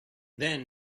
then